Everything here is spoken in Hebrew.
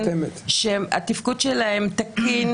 התפקוד שלהם תקין